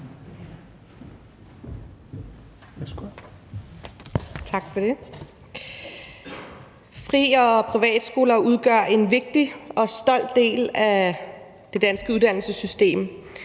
Fri- og privatskoler udgør en vigtig og stolt del af det danske uddannelsessystem,